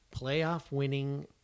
playoff-winning